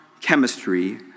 chemistry